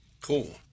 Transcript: Cool